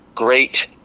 great